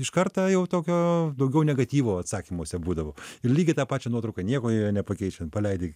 iš karta jau tokio daugiau negatyvo atsakymuose būdavo ir lygiai tą pačią nuotrauką nieko nepakeičiant paleidi